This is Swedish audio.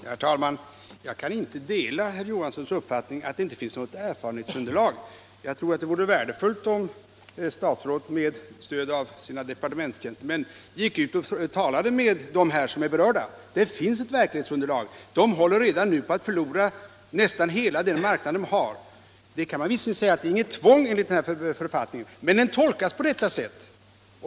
Herr talman! Jag kan inte dela statsrådet Johanssons uppfattning att det inte finns något erfarenhetsunderlag. Jag tror det vore värdefullt om statsrådet och hans departementstjänstemän gick ut och talade med dem som är berörda. Det finns nämligen ett verklighetsunderlag: de håller redan på att förlora nästan hela den marknad de nu har. Man kan visserligen säga att förordningen inte innebär något tvång, men den tolkas på detta sätt.